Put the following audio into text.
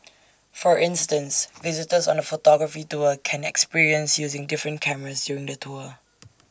for instance visitors on the photography tour can experience using different cameras during the tour